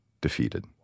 defeated